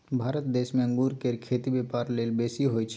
भारत देश में अंगूर केर खेती ब्यापार लेल बेसी होई छै